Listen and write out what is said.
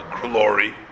glory